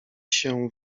się